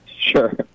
Sure